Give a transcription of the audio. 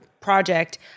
project